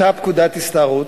אותה פקודת הסתערות,